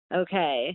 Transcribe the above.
okay